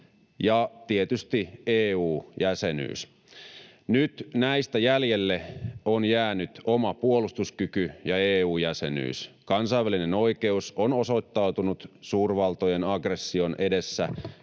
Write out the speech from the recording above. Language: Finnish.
ja tietysti EU-jäsenyys. Nyt näistä jäljelle on jäänyt oma puolustuskyky ja EU-jäsenyys. Kansainvälinen oikeus on osoittautunut suurvaltojen aggression edessä